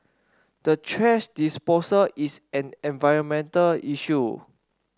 the thrash disposal is an environmental issue